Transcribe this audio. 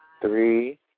Three